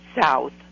south